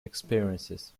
experiences